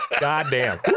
goddamn